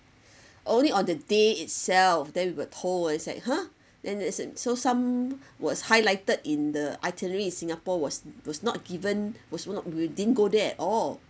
only on the day itself then we were told it's like !huh! and it was like so some was highlighted in the itinerary in singapore was was not given was not we didn't go there at all